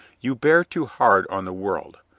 you bear too hard on the world.